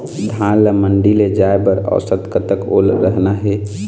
धान ला मंडी ले जाय बर औसत कतक ओल रहना हे?